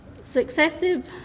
Successive